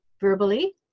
verbally